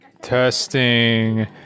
testing